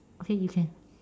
okay you can